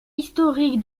historique